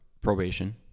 probation